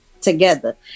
together